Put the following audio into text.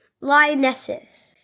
Lionesses